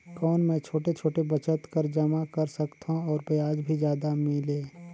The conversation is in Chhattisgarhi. कौन मै छोटे छोटे बचत कर जमा कर सकथव अउ ब्याज भी जादा मिले?